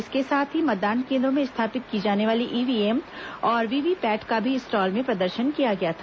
इसके साथ ही मतदान कोन्द्रों में स्थापित की जाने वाली ईव्हीएम और वीवीपैट का भी स्टॉल में प्रदर्शन किया गया था